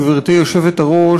גברתי היושבת-ראש,